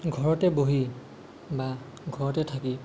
ঘৰতে বহি বা ঘৰতে থাকি